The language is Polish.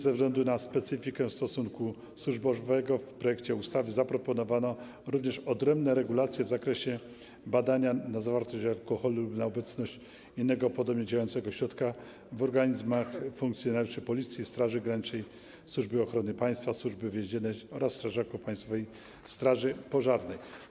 Ze względu na specyfikę stosunku służbowego w projekcie ustawy zaproponowano również odrębne regulacje w zakresie badania na zawartość alkoholu lub na obecność innego, podobnie działającego środka w organizmach funkcjonariuszy Policji, Straży Granicznej, Służby Ochrony Państwa, Służby Więziennej oraz strażaków Państwowej Straży Pożarnej.